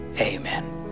Amen